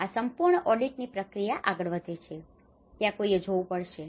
આમ આ સંપૂર્ણ ઑડિટની પ્રક્રિયા આગળ વધે છે અને ત્યાં કોઈએ જોવું પડશે